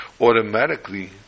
automatically